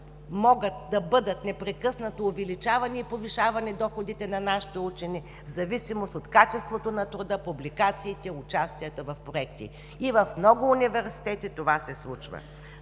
Могат да бъдат непрекъснато увеличавани и повишавани доходите на нашите учени в зависимост от качеството на труда, публикациите, участията в проекти. И в много университети това се случва,